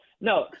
No